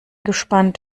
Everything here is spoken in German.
gespannt